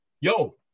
yo